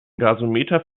gasometer